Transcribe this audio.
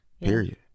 Period